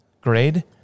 grade